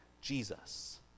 Jesus